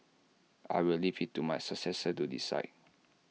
I will leave IT to my successor to decide